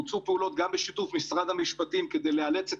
בוצעו פעולות גם בשיתוף משרד המשפטים כדי לאלץ את